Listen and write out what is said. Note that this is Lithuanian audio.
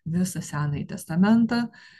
visą senąjį testamentą